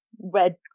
red